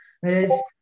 Whereas